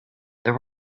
there